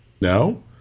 no